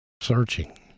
searching